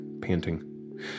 panting